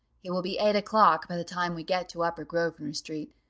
it will be eight o'clock by the time we get to upper grosvenor-street,